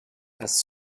das